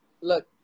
look